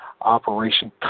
Operation